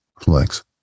flex